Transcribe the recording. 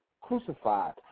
crucified